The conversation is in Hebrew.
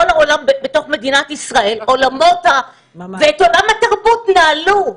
כל העולם בתוך מדינת ישראל, ואת עולם התרבות נעלו.